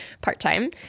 part-time